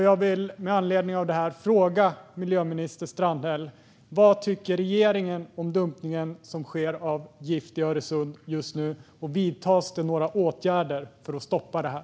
Jag vill med anledning av detta fråga miljöminister Strandhäll vad regeringen tycker om dumpningen av gift i Öresund som sker just nu. Vidtas det några åtgärder för att stoppa det här?